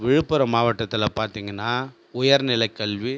விழுப்புரம் மாவட்டத்தில் பார்த்திங்கன்னா உயர்நிலைக் கல்வி